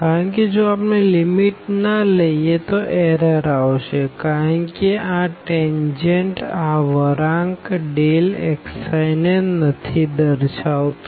કારણ કે જો આપણે લીમીટ ના લઇએતો એરર આવશે કારણ કે આ ટેનજેન્ટ આ વળાંક xi ને નથી દર્શાવતો